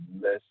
less